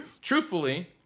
truthfully